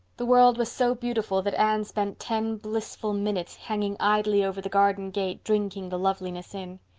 the world was so beautiful that anne spent ten blissful minutes hanging idly over the garden gate drinking the loveliness in.